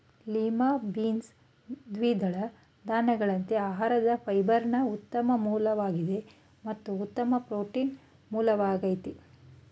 lima beans ದ್ವಿದಳ ಧಾನ್ಯಗಳಂತೆ ಆಹಾರದ ಫೈಬರ್ನ ಉತ್ತಮ ಮೂಲವಾಗಿದೆ ಮತ್ತು ಉತ್ತಮ ಪ್ರೋಟೀನ್ ಮೂಲವಾಗಯ್ತೆ